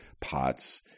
pots